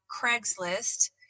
Craigslist